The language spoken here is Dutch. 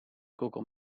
google